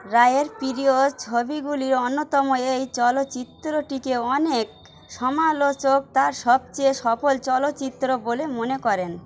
রায়ের প্রিয় ছবিগুলির অন্যতম এই চলচ্চিত্রটিকে অনেক সমালোচক তার সবচেয়ে সফল চলচ্চিত্র বলে মনে করেন